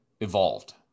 evolved